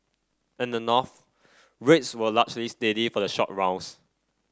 in the North rates were largely steady for the short rounds